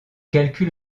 calcul